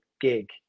gig